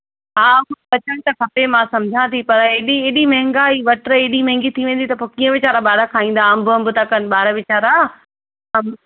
हा दर्जन त खपे मां सम्झा थी पर एॾी एॾी महांगाई वट्र एड़ी महांगी थी वेंदी त पोइ कीअं वीचारा ॿार खाईंदा अम्ब अम्ब था कनि ॿार वीचारा अम्ब